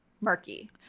murky